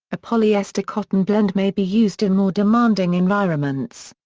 a polyester cotton blend may be used in more demanding environments.